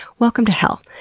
welcome to hell.